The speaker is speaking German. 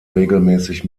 regelmäßig